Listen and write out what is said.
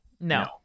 no